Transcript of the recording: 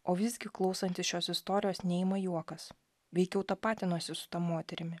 o visgi klausantis šios istorijos neima juokas veikiau tapatinuosi su ta moterimi